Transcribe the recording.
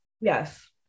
Yes